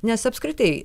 nes apskritai